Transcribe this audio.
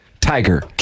Tiger